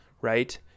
right